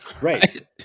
right